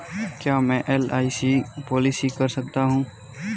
क्या मैं LIC policy कर सकता हूं?